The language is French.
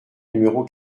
numéro